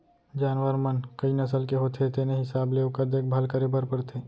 जानवर मन कई नसल के होथे तेने हिसाब ले ओकर देखभाल करे बर परथे